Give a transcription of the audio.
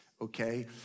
okay